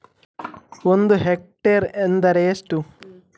ಒಂದು ಹೆಕ್ಟೇರ್ ಎಂದರೆ ಎಷ್ಟು?